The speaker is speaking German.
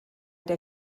der